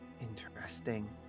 Interesting